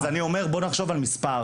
אז בוא נחשוב על מספר.